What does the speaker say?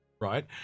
right